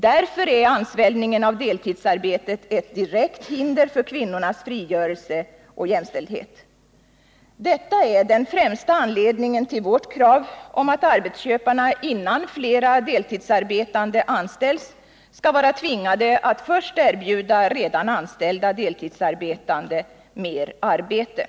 Därför är ansvällningen av deltidsarbetet ett direkt hinder för kvinnornas frigörelse och jämlikhet. Detta är den främsta anledningen till vårt krav på att arbetsköparna, innan flera deltidsarbetande anställs, skall vara tvingade att först erbjuda redan anställda deltidsarbetande mer arbete.